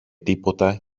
τίποτα